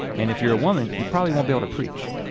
and if you're a woman, you probably won't be able to preach.